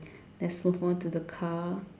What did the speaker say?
let's move on to the car